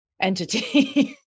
entity